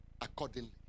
accordingly